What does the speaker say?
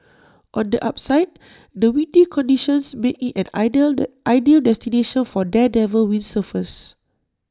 on the upside the windy conditions make IT an ideal ideal destination for daredevil windsurfers